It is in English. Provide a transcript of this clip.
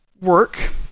work